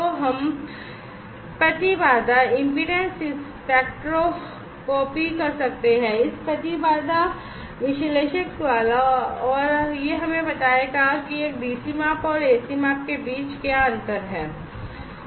तो हम प्रतिबाधा विश्लेषक द्वारा और यह हमें बताएगा कि एक डीसी माप और एसी माप के बीच क्या अंतर है